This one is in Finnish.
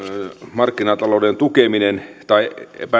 markkinatalouden tukeminen tai